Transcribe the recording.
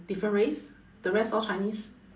different race the rest all chinese